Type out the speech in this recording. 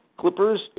Clippers